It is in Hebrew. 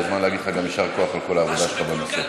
זה הזמן גם להגיד לך גם יישר כוח על כל העבודה שלך בנושא.